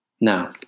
Now